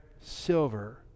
silver